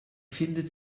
findet